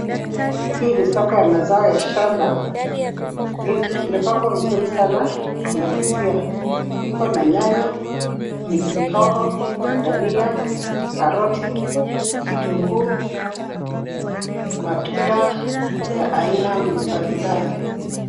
Hii ni soko ya mazao ya shamba, imepangwa vizuri sana, inavutia, ikona nyanya, pilipili hoho, dhania, karoti, vitunguu, matunda ya aina mbalimbali.